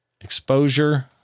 exposure